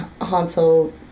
Hansel